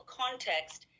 context